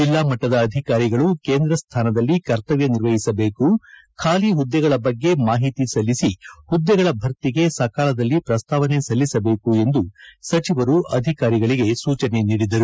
ಜಿಲ್ಲಾ ಮಟ್ಟದ ಅಧಿಕಾರಿಗಳು ಕೇಂದ್ರ ಸ್ಥಾನದಲ್ಲಿ ಕರ್ತವ್ಯ ನಿರ್ವಹಿಸಬೇಕು ಖಾಲಿ ಹುದ್ದೆಗಳ ಬಗ್ಗೆ ಮಾಹಿತಿ ಸಲ್ಲಿಸಿ ಹುದ್ದೆಗಳ ಭರ್ತಿಗೆ ಸಕಾಲದಲ್ಲಿ ಪ್ರಸ್ತಾವನೆ ಸಲ್ಲಿಸಬೇಕು ಎಂದು ಸಚಿವರು ಅಧಿಕಾರಿಗಳಿಗೆ ಸೂಚನೆ ನೀಡಿದರು